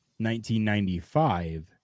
1995